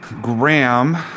Graham